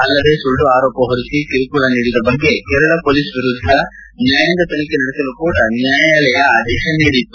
ಅಲ್ಲದೆ ಸುಳ್ಳು ಆರೋಪ ಹೊರಿಸಿ ಕಿರುಕುಳ ನೀಡಿದ ಬಗ್ಗೆ ಕೇರಳ ಪೊಲೀಸ್ ವಿರುದ್ದ ನ್ವಾಯಾಂಗ ತನಿಖೆ ನಡೆಸಲು ಸಹ ನ್ಯಾಯಾಲಯ ಆದೇಶ ನೀಡಿತ್ತು